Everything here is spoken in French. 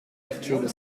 perturbe